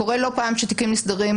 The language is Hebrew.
קורה לא פעם שתיקים נסגרים,